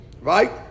right